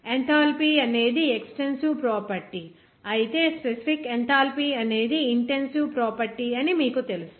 enthalpy అనేది extensive property అయితే specific enthalpy అనేది ఇంటెన్సివ్ ప్రాపర్టీ అని మీకు తెలుసు